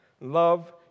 Love